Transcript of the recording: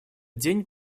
день